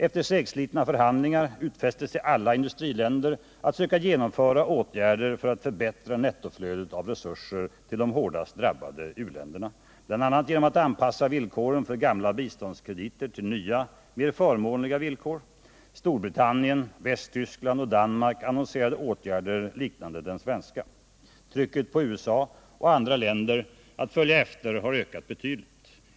Efter segslitna förhandlingar utfäste sig alla industriländer att söka genomföra åtgärder för att förbättra nettoflödet av resurser till de hårdast drabbade u-länderna, bl.a. genom att anpassa villkoren för gamla biståndskrediter till nya, mer förmånliga villkor. Storbritannien, Västtyskland och Danmark annonserade åtgärder liknande de svenska. Trycket på USA och andra länder att följa efter har ökat betydligt.